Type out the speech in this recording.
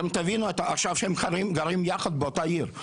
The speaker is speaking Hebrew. תבינו עכשיו, הם גרים יחד באותה עיר.